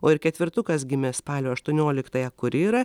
o ir ketvertukas gimė spalio aštuonioliktąją kuri yra